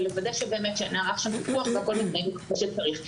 ולוודא שהכול מתנהל כפי שצריך.